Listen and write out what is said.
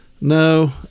No